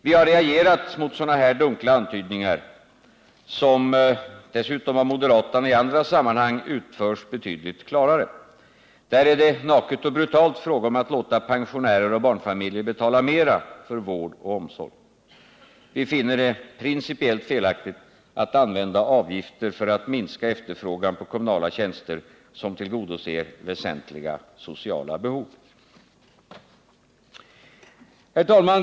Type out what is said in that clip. Vi har reagerat mot sådana här dunkla antydningar, som dessutom av moderaterna i andra sammanhang utförs betydligt klarare. Där är det naket och brutalt fråga om att låta pensionärer och barnfamiljer betala mer för vård och omsorg. Vi finner det principiellt felaktigt att använda avgifter för att minska efterfrågan på kommunala tjänster, som tillgodoser viktiga sociala behov. Herr talman!